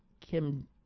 Kim